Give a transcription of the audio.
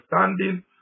understanding